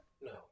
No